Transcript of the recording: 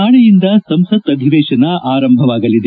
ನಾಳೆಯಿಂದ ಸಂಸತ್ ಅಧಿವೇಶನ ಆರಂಭವಾಗಲಿದೆ